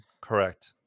correct